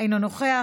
אינו נוכח,